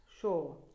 sure